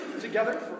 together